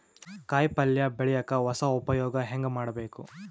ಕಾಯಿ ಪಲ್ಯ ಬೆಳಿಯಕ ಹೊಸ ಉಪಯೊಗ ಹೆಂಗ ಮಾಡಬೇಕು?